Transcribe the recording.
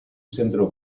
centro